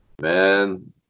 Man